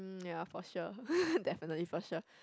mm ya for sure definitely for sure